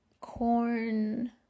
corn